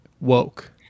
Woke